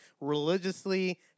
religiously